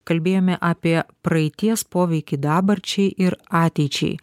kalbėjome apie praeities poveikį dabarčiai ir ateičiai